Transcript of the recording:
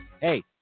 hey